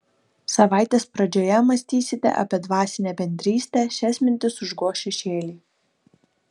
savaitės pradžioje mąstysite apie dvasinę bendrystę šias mintis užgoš šešėliai